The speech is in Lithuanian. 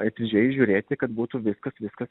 atidžiai žiūrėti kad būtų kad viskas viskas